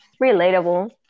relatable